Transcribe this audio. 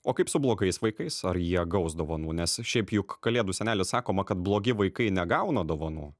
o kaip su blogais vaikais ar jie gaus dovanų nes šiaip juk kalėdų seneli sakoma kad blogi vaikai negauna dovanų